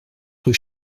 rue